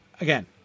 again